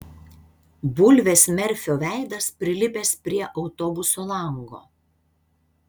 bulvės merfio veidas prilipęs prie autobuso lango